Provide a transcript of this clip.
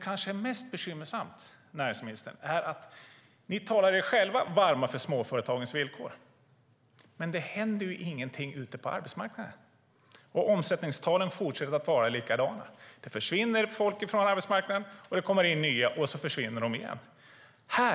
Det kanske mest bekymmersamma, näringsministern, är att trots att ni talar er varma för småföretagens villkor händer det inget på arbetsmarknaden. Omsättningstalen fortsätter vara likadana. Det försvinner människor från arbetsmarknaden, det kommer in nya och så försvinner de igen.